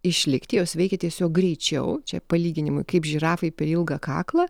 išlikti jos veikia tiesiog greičiau čia palyginimui kaip žirafai per ilgą kaklą